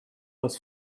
was